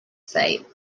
site